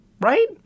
right